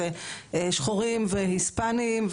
זה שחורים והיספאניים,